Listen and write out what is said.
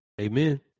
Amen